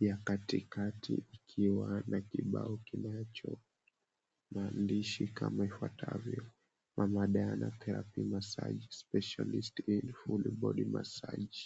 Ya katikati ikiwa na kibao kinacho maandishi kama ifuatavyo, Mama Diana Therapy Massage. Specialist in full body massage .